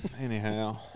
anyhow